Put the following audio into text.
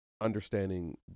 understanding